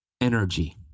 energy